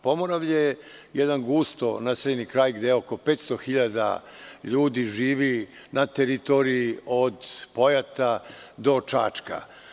Pomoravlje je jedan gusto naseljeni kraj, gde oko 500.000 ljudi živi na teritoriji od Pojata do Čačka.